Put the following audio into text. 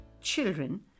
Children